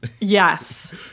yes